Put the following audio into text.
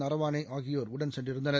நரவானேஆகியோர் உடன் சென்றிருந்தனர்